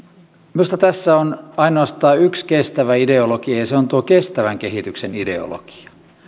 minusta tässä on ainoastaan yksi kestävä ideologia ja se on kestävän kehityksen ideologia